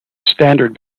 standard